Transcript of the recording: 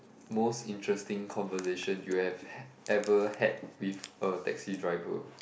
most interesting conversation you have ha~ ever had with a taxi driver